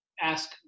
ask